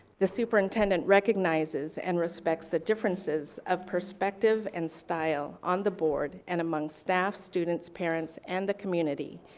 the superintendent recognizes and respects the differences of perspective and style on the board and among staff, students, parents, and the community,